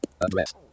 Address